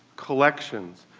collections,